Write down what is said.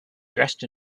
dressed